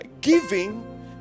Giving